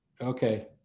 Okay